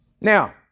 Now